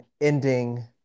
ending